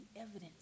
evidence